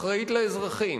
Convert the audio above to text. אחראית לאזרחים,